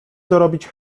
dorobić